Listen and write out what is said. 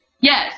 Yes